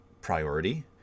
priority